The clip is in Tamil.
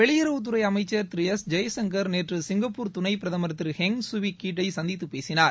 வெளியுறவுத்துறை அமைச்சர் திரு எஸ் ஜெய்சங்கர் நேற்று சிங்கப்பூர் துணைப் பிரதமர் திரு ஹெங் சுவி கீட் யை சந்தித்து பேசினார்